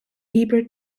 hebrew